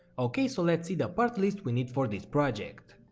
ok, so let's see the part list we need for this project.